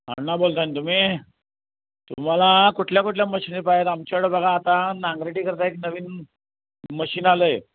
अण्णा बोलत आहे ना तुम्ही तुम्हाला कुठल्या कुठल्या मशीनी पाहिजेत आमच्याकडे बघा आता नांगरटीकरता एक नवीन मशीन आलं आहे